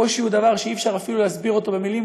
הקושי הוא דבר שאי-אפשר אפילו להסביר אותו במילים,